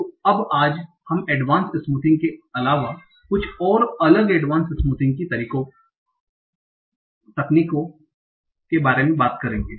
तो अब आज हम एडवांस्ड स्मूथिंग के अलावा कुछ और अलग एडवांस्ड स्मूथिंग की तकनीकों बारे में बात करेंगे